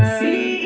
see